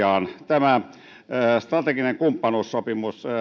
tämä strateginen kumppanuussopimus